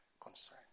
concern